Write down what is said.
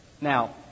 Now